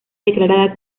declarada